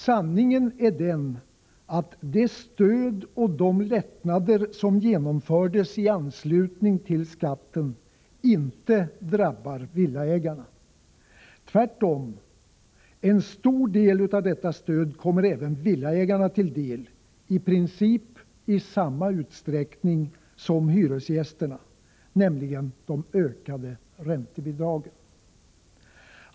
Sanningen är den att det stöd och de lättnader som genomfördes i anslutning till skatten inte drabbar villaägarna. Tvärtom, en stor del av detta stöd kommer även villaägarna till del, i princip i samma utsträckning som när det gäller hyresgästerna, nämligen de ökade räntebidragen.